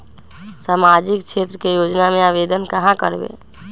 सामाजिक क्षेत्र के योजना में आवेदन कहाँ करवे?